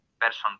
person